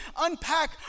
unpack